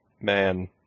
man